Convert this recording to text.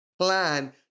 plan